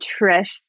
Trish